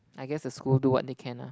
I guess the school do what they can lah